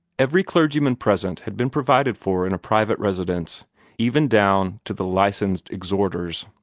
every clergyman present had been provided for in a private residence even down to the licensed exhorters,